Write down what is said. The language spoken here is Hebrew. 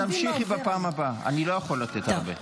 תמשיכי בפעם הבאה, אני לא יכול לתת הרבה.